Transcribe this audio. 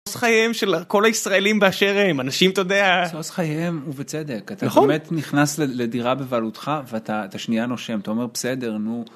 משוש חייהם של כל הישראלים באשר הם. אנשים אתה יודע, משוש חייהם ובצדק. אתה באמת נכנס לדירה בבעלותך, ואתה שנייה נושם. אתה אומר בסדר נו.